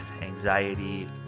anxiety